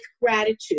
gratitude